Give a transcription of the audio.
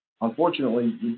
unfortunately